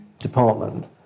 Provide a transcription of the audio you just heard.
department